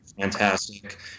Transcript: fantastic